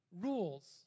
rules